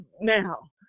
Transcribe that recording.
now